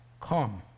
come